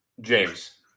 James